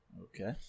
Okay